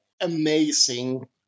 amazing